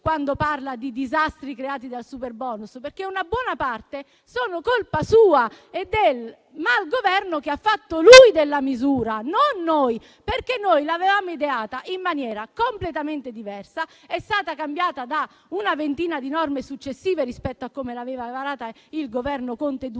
quando parla di disastri creati dal superbonus, perché una buona parte sono colpa sua e del malgoverno che lui ha fatto della misura, non noi. Noi, infatti, la misura l'avevamo ideata in maniera completamente diversa. Essa è stata cambiata da una ventina di norme successive rispetto a come l'aveva varata il Governo Conte II.